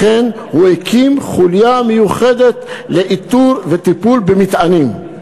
הוא הקים חוליה מיוחדת לאיתור וטיפול במטענים.